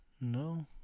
no